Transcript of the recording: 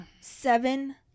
Seven